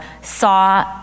saw